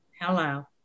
Hello